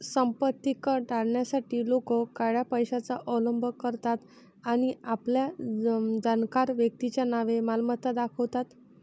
संपत्ती कर टाळण्यासाठी लोक काळ्या पैशाचा अवलंब करतात आणि आपल्या जाणकार व्यक्तीच्या नावे मालमत्ता दाखवतात